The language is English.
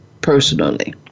personally